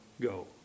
go